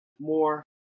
more